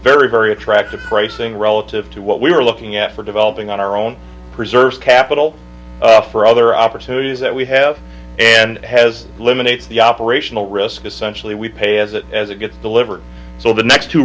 very very attractive pricing relative to what we were looking at for developing our own preserves capital for other opportunities that we have and has eliminated the operational risk essentially we pay as it as it gets delivered so the next two